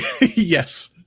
Yes